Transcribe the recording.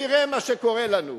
תראה מה שקורה לנו,